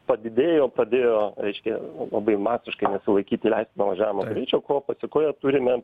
padidėjo pradėjo reiškia labai masiškai nesilaikyti leistino važiavimo greičio ko pasekoje turime